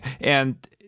And-